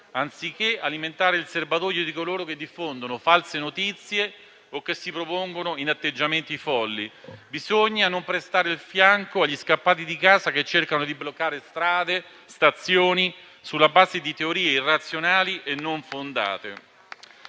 anziché alimentare il serbatoio di coloro che diffondono false notizie o che si propongono in atteggiamenti folli. Bisogna non prestare il fianco agli scappati di casa che cercano di bloccare strade e stazioni sulla base di teorie irrazionali e non fondate.